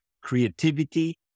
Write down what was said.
creativity